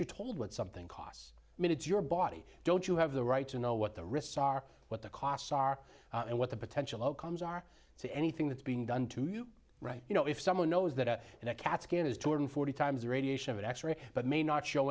you told what something costs me to do your body don't you have the right to know what the risks are what the costs are and what the potential outcomes are so anything that's being done to you right you know if someone knows that a in a cat scan is two hundred forty times the radiation of an x ray but may not show